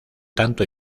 tanto